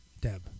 Deb